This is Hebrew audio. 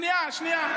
שנייה, שנייה.